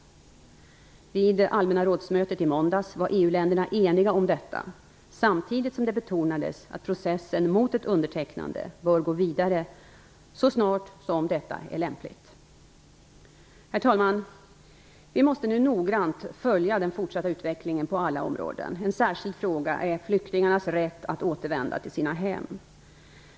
Vid Allmänna rådets möte i måndags var EU-länderna eniga om detta, samtidigt som det betonades att processen mot ett undertecknande bör gå vidare så snart detta är lämpligt. Herr talman! Vi måste nu noggrant följa den fortsatta utvecklingen på alla områden. En särskild fråga är flyktingarnas rätt att återvända till sina hem.